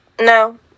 No